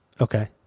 Okay